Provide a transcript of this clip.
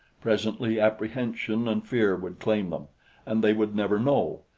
presently apprehension and fear would claim them and they would never know!